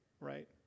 right